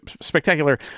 spectacular